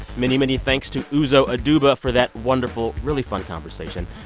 many, many thanks to uzo aduba for that wonderful, really fun conversation.